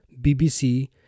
BBC